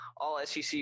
all-SEC